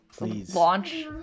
launch